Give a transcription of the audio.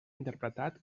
interpretat